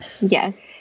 Yes